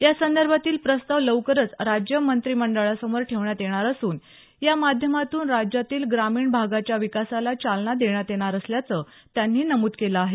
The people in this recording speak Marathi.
या संदर्भातील प्रस्ताव लवकरच राज्य मंत्रिमंडळासमोर ठेवण्यात येणार असून या माध्यमातून राज्यातील ग्रामीण भागाच्या विकासाला चालना देण्यात येणार असल्याचं त्यांनी नमुद केलं आहे